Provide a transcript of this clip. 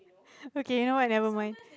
okay you know what never mind